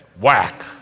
whack